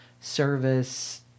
service